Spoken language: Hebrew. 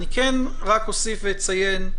אני רק אוסיף ואציין,